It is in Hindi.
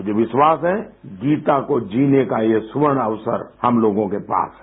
मुझे विश्वास है गीता को जीने का ये स्वर्ण अवसर हम लोगों के पास है